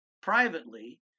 privately